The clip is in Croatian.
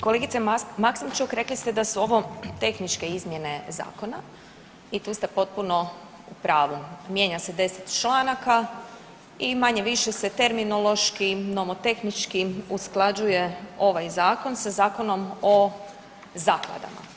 Kolegice Maksimčuk rekli ste da su ovo tehničke izmjene zakona i tu ste potpuno u pravu, mijenja se 10 članaka i manje-više se terminološki, nomotehnički usklađuje ovaj zakon sa Zakonom o zakladama.